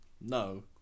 No